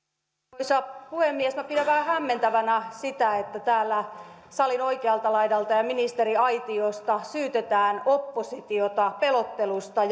arvoisa puhemies pidän vähän hämmentävänä sitä että täällä salin oikealta laidalta ja ministeriaitiosta syytetään oppositiota pelottelusta